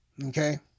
Okay